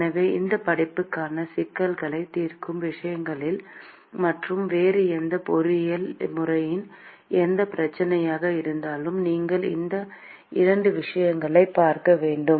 எனவே இந்தப் படிப்புக்கான சிக்கல்களைத் தீர்க்கும் விஷயங்களிலும் மற்றும் வேறு எந்த பொறியியல் முறையிலும் எந்தப் பிரச்சினையாக இருந்தாலும் நீங்கள் இந்த 2 விஷயங்களைப் பார்க்க வேண்டும்